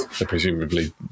presumably